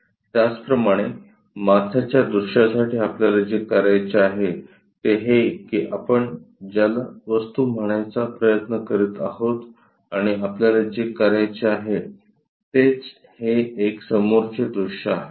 त्याचप्रमाणे माथ्याच्या दृश्यासाठी आपल्याला जे करायचे आहे ते हे की आपण ज्याला वस्तू म्हणायचा प्रयत्न करीत आहोत आणि आपल्याला जे करायचे आहे तेच हे एक समोरचे दृश्य आहे